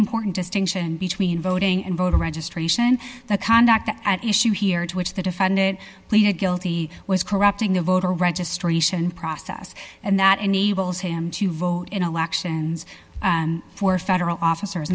important distinction between voting and voter registration the conduct at issue here in which the defended pleaded guilty was corrupting the voter registration process and that enables him to vote in elections for federal officers